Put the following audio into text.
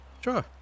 Sure